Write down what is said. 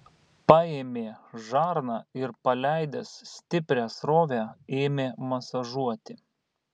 paėmė žarną ir paleidęs stiprią srovę ėmė masažuoti